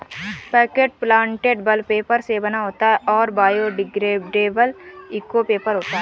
packet plantable paper से बना होता है और बायोडिग्रेडेबल इको पेपर होता है